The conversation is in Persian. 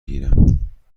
گیرم